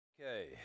Okay